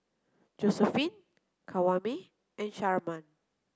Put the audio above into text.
Josephine Kwame and Sharman